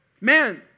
Man